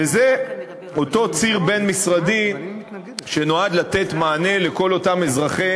וזה אותו ציר בין-משרדי שנועד לתת מענה לכל אותם אזרחי